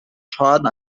schaden